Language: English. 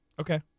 Okay